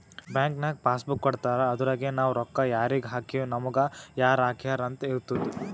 bank ನಾಗ್ passbook ಕೊಡ್ತಾರ ಅದುರಗೆ ನಾವ್ ರೊಕ್ಕಾ ಯಾರಿಗ ಹಾಕಿವ್ ನಮುಗ ಯಾರ್ ಹಾಕ್ಯಾರ್ ಅಂತ್ ಇರ್ತುದ್